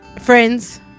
Friends